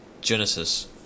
Genesis